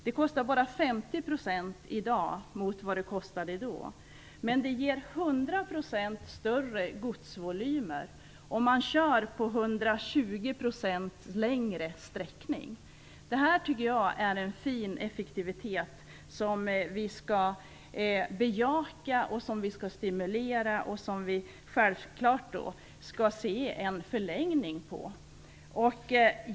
Det kostar bara 50 % i dag jämfört med vad det kostade då, men det ger 100 % större godsvolymer, och man kör på en 120 % längre sträcka. Det tycker jag är en fin effektivitet som vi skall bejaka och stimulera. Vi skall självfallet se en förlängning på detta.